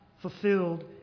fulfilled